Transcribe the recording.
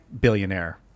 billionaire